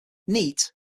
neat